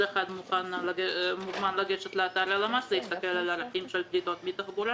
כל אחד מוזמן לגשת לאתר למ"ס ולהסתכל על הערכים של פליטות מתחבורה